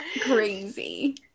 crazy